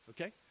okay